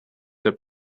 their